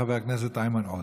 חבר הכנסת איימן עודה.